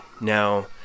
now